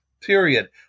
period